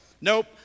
nope